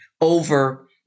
over